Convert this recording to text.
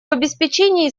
обеспечении